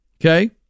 okay